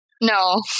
no